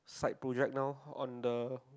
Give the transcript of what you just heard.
side project now on the